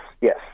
Yes